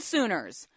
Sooners